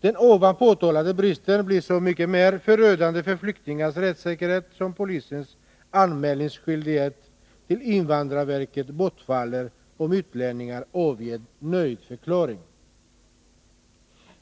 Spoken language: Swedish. Denna brist blir så mycket mer förödande för flyktingars rättssäkerhet som polisens anmälningsskyldighet till invandrarverket bortfaller om utlänningar avger nöjdförklaringar.